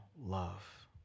love